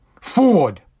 Ford